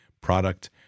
product